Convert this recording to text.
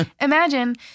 imagine